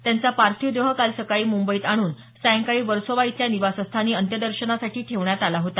त्यांचा पार्थिव देह काल सकाळी मुंबईत आणून सायंकाळी वर्सोवा इथल्या निवासस्थानी अंत्यदर्शनासाठी ठेवण्यात आला होता